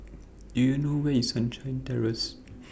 Do YOU know Where IS Sunshine Terrace